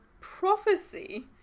prophecy